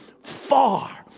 far